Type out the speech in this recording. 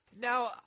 Now